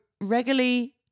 regularly